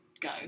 go